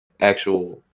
actual